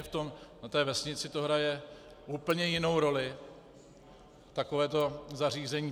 Na té vesnici hraje úplně jinou roli takovéto zařízení.